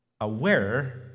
aware